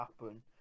happen